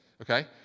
okay